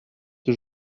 que